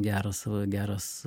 geras geras